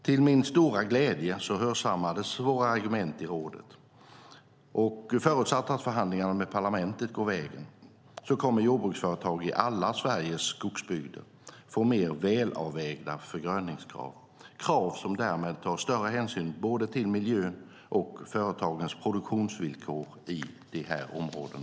Till min stora glädje hörsammades våra argument i rådet, och förutsatt att förhandlingarna med parlamentet går vägen kommer jordbruksföretag i alla Sveriges skogsbygder att få mer välavvägda förgröningskrav - krav som därmed tar större hänsyn både till miljön och till företagens produktionsvillkor i dessa områden.